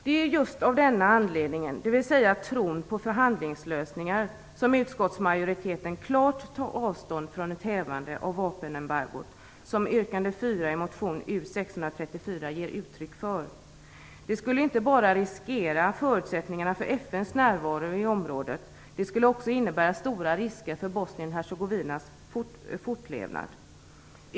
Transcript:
Det är av denna anledning, dvs. tron på förhandlingslösningar, som utskottsmajoriteten klart tar avstånd från ett hävande av vapenembargot, som yrkande 4 i motion U634 ger uttryck för. Det skulle inte bara riskera förutsättningarna för FN:s närvaro i området. Det skulle också innebära stora risker för Bosnien-Hercegovinas fortlevnad.